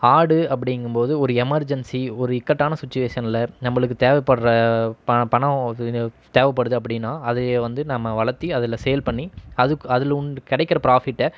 ஆடு அப்படிங்கும்போது ஒரு எமர்ஜென்சி ஒரு இக்கட்டான சுச்சுவேஷனில் நம்பளுக்கு தேவைப்பட்ற பணம் இது தேவைப்படுது அப்படின்னா அதை வந்து நம்ம வளர்த்தி அதில் சேல் பண்ணி அதுக் அதில் உண் கிடைக்கிற பிராஃபிட்டை